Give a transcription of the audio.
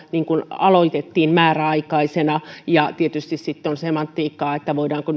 kun aloitettiin määräaikaisena ja tietysti on semantiikkaa voidaanko